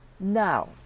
Now